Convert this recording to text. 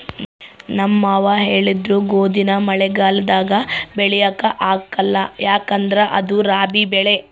ನಮ್ ಮಾವ ಹೇಳಿದ್ರು ಗೋದಿನ ಮಳೆಗಾಲದಾಗ ಬೆಳ್ಯಾಕ ಆಗ್ಕಲ್ಲ ಯದುಕಂದ್ರ ಅದು ರಾಬಿ ಬೆಳೆ